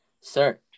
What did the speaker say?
sir